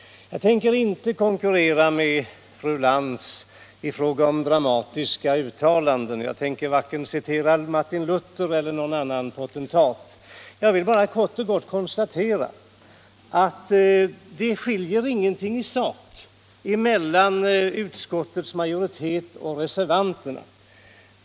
Jag tänker inte konkurrera med fru Lantz i fråga om dramatiska uttalanden. Jag tänker varken citera Martin Luther eller någon annan potentat. Jag vill bara kort och gott konstatera att det skiljer ingenting i sak mellan utskottsmajoriteten och reservanterna.